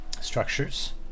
structures